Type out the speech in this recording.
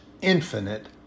infinite